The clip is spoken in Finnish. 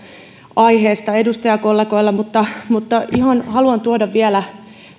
aiheesta edustajakollegoilla haluan tuoda vielä